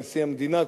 נשיא המדינה,